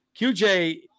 QJ